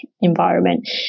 environment